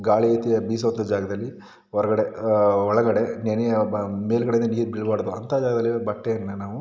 ಗಾಳಿ ಯೆತೆ ಬೀಸುವಂತಹ ಜಾಗದಲ್ಲಿ ಹೊರಗಡೆ ಒಳಗಡೆ ನೆನೆಯ ಬಾ ಮೇಲುಗಡೆಯೇ ನೀರು ಬೀಳ್ಬಾರ್ದು ಅಂತ ಜಾಗದಲ್ಲಿ ಬಟ್ಟೆಯನ್ನು ನಾವು